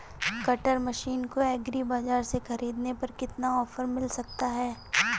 Cutter machine को agri बाजार से ख़रीदने पर कितना ऑफर मिल सकता है?